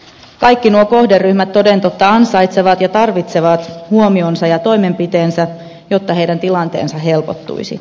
kaikki nuo kohderyhmät toden totta ansaitsevat ja tarvitsevat huomionsa ja toimenpiteensä jotta heidän tilanteensa helpottuisi